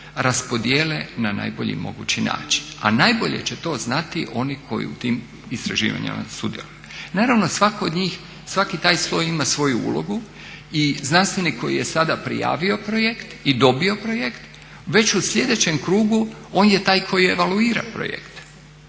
raspodjele na najbolji mogući način. A najbolje će to znati oni koji u tim istraživanjima sudjeluju. Naravno svatko od njih, svaki taj sloj ima svoju ulogu i znanstvenik koji je sada prijavio projekt i dobio projekt već u sljedećem krugu on je taj koji evaluira projekt.